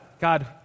God